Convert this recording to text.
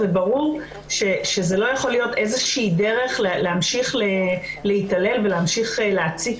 וברור שזה לא יכולה להיות איזושהי דרך להמשיך להתעלל ולהמשיך להציק